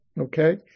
Okay